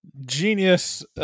genius